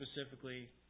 specifically